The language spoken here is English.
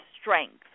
strength